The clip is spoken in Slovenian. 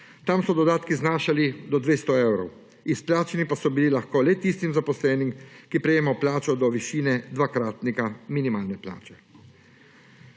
Tam so dodatki znašali do 200 evrov, izplačani pa so bili lahko le tistim zaposlenim, ki je prejemal plačo do višine 2-kratnika minimalne plače.